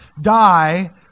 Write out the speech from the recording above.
die